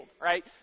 right